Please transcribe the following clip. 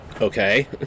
okay